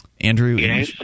andrew